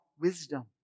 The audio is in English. wisdom